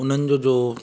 उन्हनि जो जो